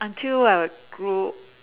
until I grew